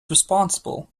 responsible